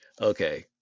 Okay